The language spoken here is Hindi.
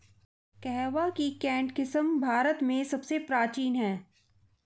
कहवा की केंट किस्म भारत में सबसे प्राचीन है